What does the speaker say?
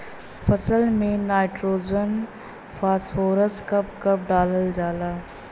फसल में nitrogen phosphorus कब कब डालल जाला?